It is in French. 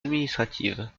administrative